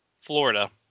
Florida